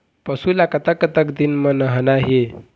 पशु ला कतक कतक दिन म नहाना हे?